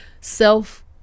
self